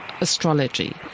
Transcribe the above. astrology